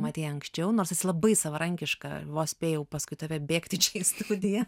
matei anksčiau nors esi labai savarankiška vos spėjau paskui tave bėgti čia į studiją